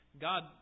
God